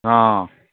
ହଁ